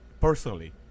personally